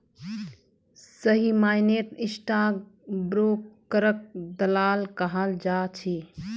सही मायनेत स्टाक ब्रोकरक दलाल कहाल जा छे